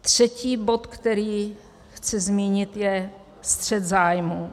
Třetí bod, který chci zmínit, je střet zájmů.